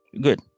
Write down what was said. Good